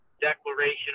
Declaration